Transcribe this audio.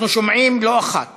אנחנו שומעים לא אחת